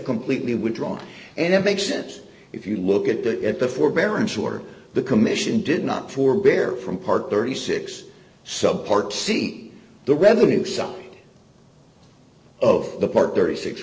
completely withdrawn and it makes sense if you look at that at the forbearance or the commission did not forbear from part thirty six so part see the revenue side of the part thirty six